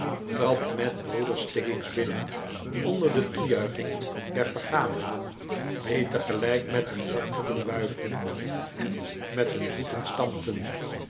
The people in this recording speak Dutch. trad met broeder stiggins binnen onder de toejuiching der vergaderden die tegelijk met hun zakdoeken wuifden en met hun voeten stampten